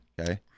Okay